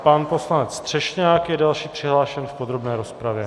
Pan poslanec Třešňák je další přihlášený v podrobné rozpravě.